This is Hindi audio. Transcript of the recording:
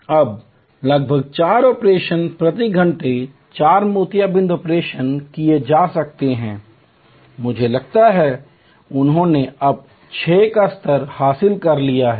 अब लगभग चार ऑपरेशन प्रति घंटे चार मोतियाबिंद ऑपरेशन किए जा सकते हैं मुझे लगता है कि उन्होंने अब छह का स्तर हासिल कर लिया है